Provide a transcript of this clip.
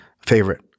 favorite